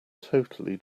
totally